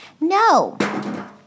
No